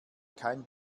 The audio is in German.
kein